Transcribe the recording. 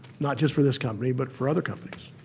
not just for this company but for other companies.